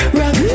rock